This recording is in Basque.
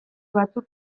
batzuk